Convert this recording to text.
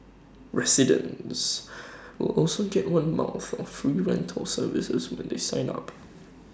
residents will also get one month of free rental service when they sign up